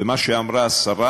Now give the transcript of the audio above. ומה שאמרה השרה